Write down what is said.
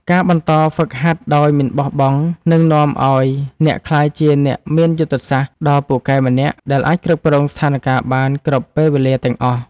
ការបន្តហ្វឹកហាត់ដោយមិនបោះបង់នឹងនាំឱ្យអ្នកក្លាយជាអ្នកមានយុទ្ធសាស្ត្រដ៏ពូកែម្នាក់ដែលអាចគ្រប់គ្រងស្ថានការណ៍បានគ្រប់ពេលវេលាទាំងអស់។